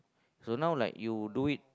so now like you do it